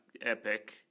Epic